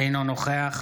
אינו נוכח